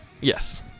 Yes